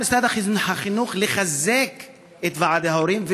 על משרד החינוך לחזק את ועדי ההורים,